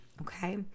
Okay